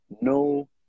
no